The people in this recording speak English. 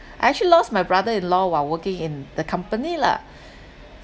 I actually lost my brother in law while working in the company lah